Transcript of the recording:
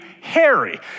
Harry